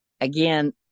Again